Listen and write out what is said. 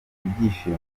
ibyishimo